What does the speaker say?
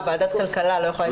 ועדת כלכלה לא יכולה להציע חוק?